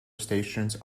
stations